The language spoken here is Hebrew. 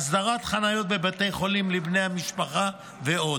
הסדרת חניות בבתי חולים לבני המשפחה ועוד.